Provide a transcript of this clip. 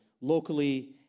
locally